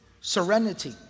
serenity